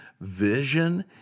Vision